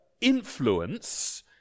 influence